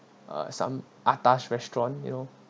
uh some atas restaurant you know